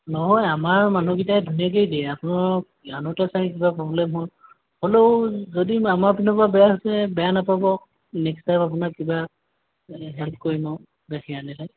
নহয় আমাৰ মানুহকেইটাই ধুনীয়াকৈয়ে দিয়ে আপোনাৰ আনোতে চাগে কিবা প্ৰব্লেম হ'ল হ'লেও যদি আমাৰ পিনৰ পৰা বেয়া হৈছে বেয়া নাপাব নেস্ক্ট টাইম আপোনাক কিবা মানে হেল্প কৰিম আৰু গাখীৰ আনিলে